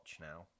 now